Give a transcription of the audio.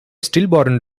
stillborn